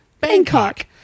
Bangkok